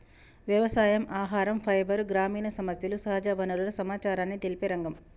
వ్యవసాయం, ఆహరం, ఫైబర్, గ్రామీణ సమస్యలు, సహజ వనరుల సమచారాన్ని తెలిపే రంగం